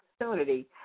opportunity